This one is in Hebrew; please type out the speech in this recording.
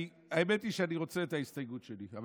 האמת היא שאני רוצה את ההסתייגות שלי גם,